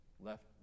left